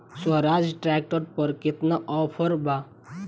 Swaraj tractor पर केतना offer बा?